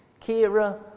Kira